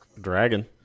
dragon